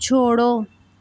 छोड़ो